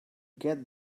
get